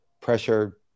pressure